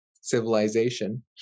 civilization